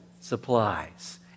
supplies